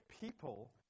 people